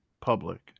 public